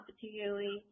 particularly